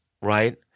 right